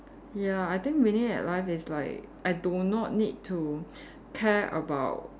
ya I think winning at life is like I do not need to care about